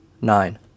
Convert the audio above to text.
nine